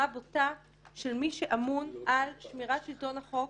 בוטה של מי שאמון על שמירת שלטון החוק